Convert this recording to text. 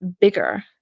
bigger